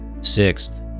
Sixth